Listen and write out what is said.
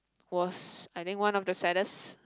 was I think one of the saddest